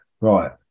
right